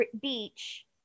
beach